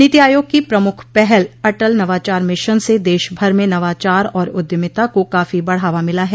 नीति आयोग की प्रमुख पहल अटल नवाचार मिशन से देशभर में नवाचार और उद्यमिता को काफी बढ़ावा मिला है